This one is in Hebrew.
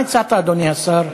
מה הצעת, אדוני השר?